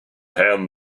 hand